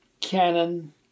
Canon